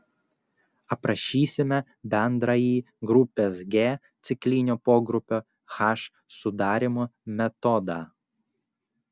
aprašysime bendrąjį grupės g ciklinio pogrupio h sudarymo metodą